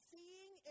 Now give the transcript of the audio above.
Seeing